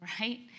right